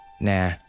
Nah